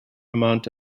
amount